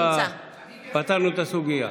פתרנו את הסוגיה.